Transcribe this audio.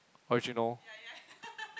original